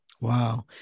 Wow